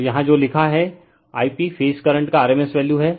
तो यहाँ जो लिखा है I p फेज करंट का rms वैल्यू है